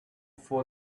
for